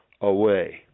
away